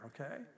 okay